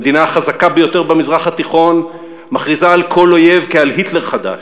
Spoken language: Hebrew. המדינה החזקה ביותר במזרח התיכון מכריזה על כל אויב כעל היטלר חדש,